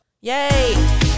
yay